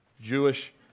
Jewish